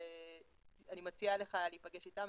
אני מציעה לך להיפגש איתם,